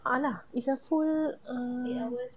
a'ah lah it's a full err